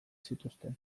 zituzten